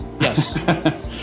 Yes